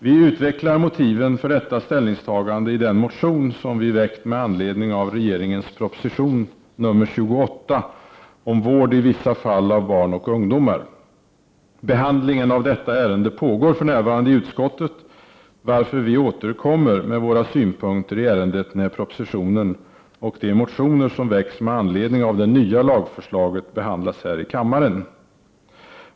Vi utvecklar motiven för detta ställningstagande i den motion som vi väckt med anledning av regeringens proposition nr 28 om vård i vissa fall av barn och ungdomar. Behandlingen av detta ärende pågår för närvarande i utskottet, varför vi återkommer med våra synpunkter i ärendet när propositionen och de motioner som väcks med anledning av det nya lagförslaget behandlas här i kammaren.